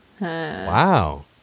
Wow